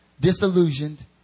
disillusioned